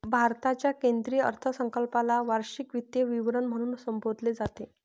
भारताच्या केंद्रीय अर्थसंकल्पाला वार्षिक वित्तीय विवरण म्हणून संबोधले जाते